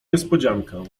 niespodziankę